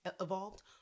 evolved